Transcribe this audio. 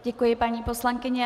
Děkuji paní poslankyni.